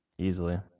easily